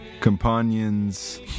companions